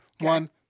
one